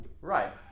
Right